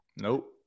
Nope